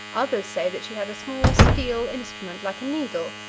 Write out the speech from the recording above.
others say that she had a small steel instrument like a needle,